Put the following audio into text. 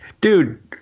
dude